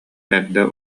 эрдэ